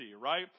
right